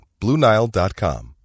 BlueNile.com